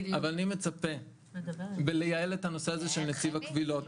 אבל אני מצפה בלייעל את הנושא הזה של נציב הקבילות.